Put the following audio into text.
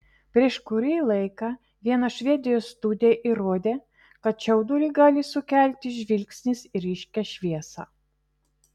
prieš kurį laiką viena švedijos studija įrodė kad čiaudulį gali sukelti žvilgsnis į ryškią šviesą